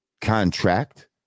contract